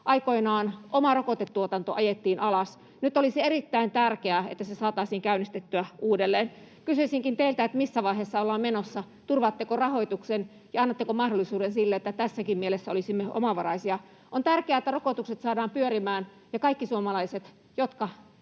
Aikoinaan oma rokotetuotanto ajettiin alas. Nyt olisi erittäin tärkeää, että se saataisiin käynnistettyä uudelleen. Kysyisinkin teiltä, missä vaiheessa ollaan menossa. Turvaatteko rahoituksen ja annatteko mahdollisuuden sille, että tässäkin mielessä olisimme omavaraisia? On tärkeää, että rokotukset saadaan pyörimään ja kaikki suomalaiset, jotka